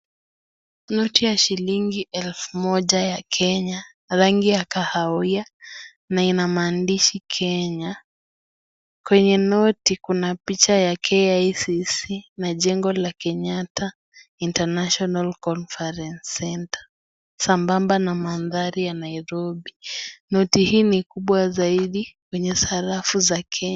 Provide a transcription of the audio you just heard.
Noti ya shilingi elfu moja ya Kenya, rangi ya kahawia na ina maandishi Kenya. Kwenye noti kuna picha ya KICC na jengo la Kenyatta International Conference Centre sambamba na mandhari ya Nairobi. Noti hii ni kubwa zaidi kwenye sarafu za Kenya.